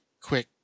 quick